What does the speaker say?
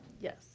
Yes